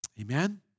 Amen